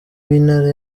w’intara